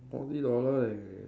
forty dollar leh